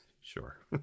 Sure